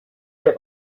are